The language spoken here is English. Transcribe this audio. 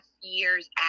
years